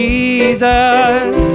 Jesus